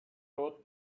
thought